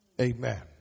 amen